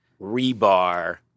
rebar